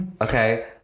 Okay